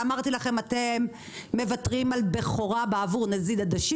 ואמרתי לכם אתם מוותרים על בכורה בעבור נזיד עדשים